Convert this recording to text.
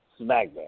Smackdown